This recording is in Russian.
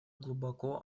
глубоко